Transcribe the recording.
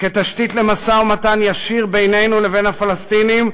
כתשתית למשא-ומתן ישיר בינינו לבין הפלסטינים,